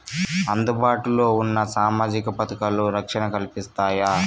అందుబాటు లో ఉన్న సామాజిక పథకాలు, రక్షణ కల్పిస్తాయా?